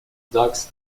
ducks